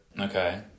Okay